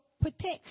protection